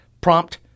prompt